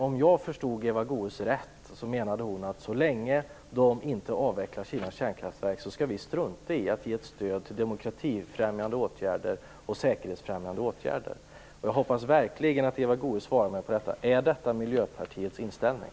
Om jag förstod Eva Goës rätt, menade hon att så länge de inte avvecklar sina kärnkraftverk skall vi strunta i att ge stöd till demokrati och säkerhetsfrämjande åtgärder. Jag hoppas verkligen att Eva Goës svarar på frågan: Är detta Miljöpartiets inställning?